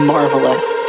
Marvelous